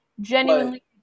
genuinely